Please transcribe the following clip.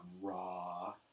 raw